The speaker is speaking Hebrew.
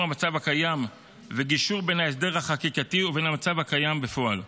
המצב הקיים וגישור בין ההסדר החקיקתי ובין המצב הקיים בפועל.